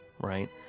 right